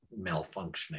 malfunctioning